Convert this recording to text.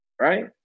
Right